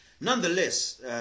Nonetheless